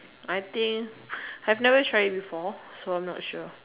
I think I never try it before so I'm not sure